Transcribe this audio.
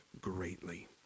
greatly